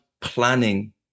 planning